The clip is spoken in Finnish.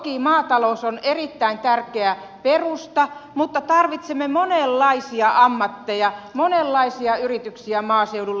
toki maatalous on erittäin tärkeä perusta mutta tarvitsemme monenlaisia ammatteja monenlaisia yrityksiä maaseudulle